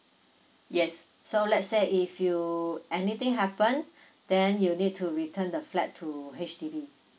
yes so let's say if you anything happened then you need to return the flat to H_D_B